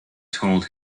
told